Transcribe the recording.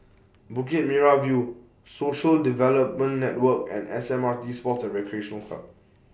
Bukit Merah View Social Development Network and S M R T Sports and Recreation Club